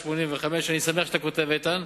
3,185. אני שמח שאתה כותב, איתן.